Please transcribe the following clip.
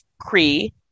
Cree